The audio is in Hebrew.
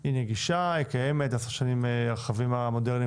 שהיא נגישה והיא קיימת וכי הרכבים המודרניים